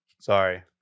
Sorry